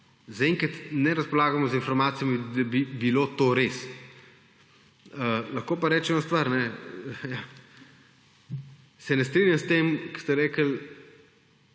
zaenkrat ne razpolagamo z informacijami, da bi bilo to res. Lahko pa rečem stvar. Se ne strinjam s tem, ko ste rekli,